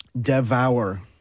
Devour